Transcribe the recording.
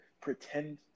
pretend